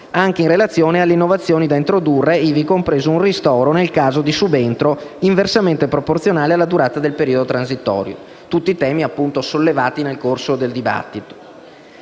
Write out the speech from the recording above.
anche in relazione alle innovazioni da introdurre, ivi compreso un ristoro, nel caso di subentro, inversamente proporzionale alla durata del periodo transitorio. Sono tutti temi che sono stati sollevati nel corso del dibattito.